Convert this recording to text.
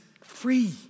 free